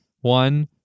one